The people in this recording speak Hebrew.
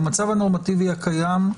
במצב הנורמטיבי הקיים,